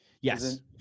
Yes